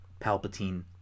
Palpatine